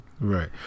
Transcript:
Right